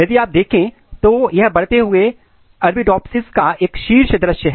यदि आप यहां देखें तो यह बढ़ते हुए अरबिडोप्सिस एक शीर्ष दृश्य है